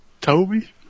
Toby